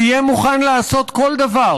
הוא יהיה מוכן לעשות כל דבר